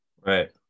Right